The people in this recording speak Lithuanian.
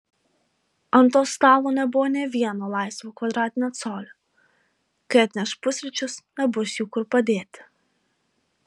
ant to stalo nebuvo nė vieno laisvo kvadratinio colio kai atneš pusryčius nebus jų kur padėti